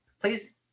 please